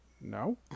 No